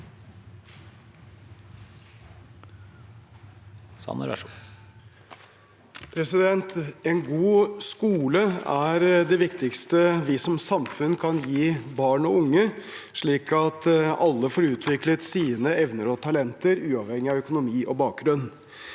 En god skole er det viktigste vi som samfunn kan gi barn og unge, slik at alle får utviklet sine evner og talenter uavhengig av økonomi og bakgrunn.